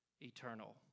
eternal